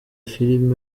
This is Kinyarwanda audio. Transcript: film